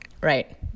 Right